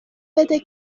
بده